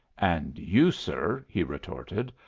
and you, sir, he retorted,